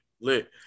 lit